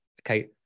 okay